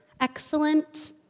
excellent